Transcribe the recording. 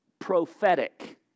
prophetic